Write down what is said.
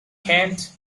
cant